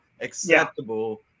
acceptable